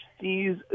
sees